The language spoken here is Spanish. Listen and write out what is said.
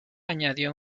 añadió